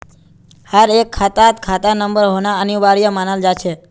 हर एक खातात खाता नंबर होना अनिवार्य मानाल जा छे